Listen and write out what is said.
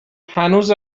هنوز